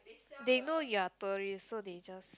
they know you're tourist so they just